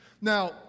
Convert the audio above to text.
Now